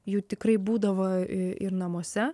jų tikrai būdavo ir namuose